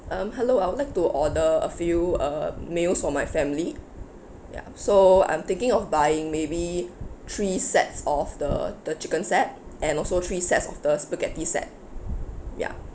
um hello I would like to order a few uh meals for my family ya so I'm thinking of buying maybe three sets of the the chicken set and also three sets of the spaghetti set ya